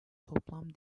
toplam